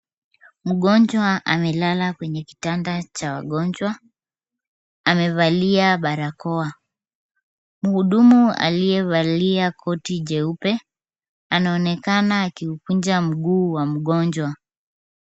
Mgonjwa amelala kwenye kitanda cha wagonjwa amevalia barakoa. Mhudumu aliyevalia koti jeupe anaonekana akiukunja mguu wa mgonjwa.